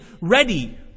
ready